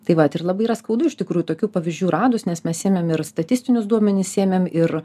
tai vat ir labai yra skaudu iš tikrųjų tokių pavyzdžių radus nes mes ėmėm ir statistinius duomenis ėmėm ir